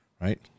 Right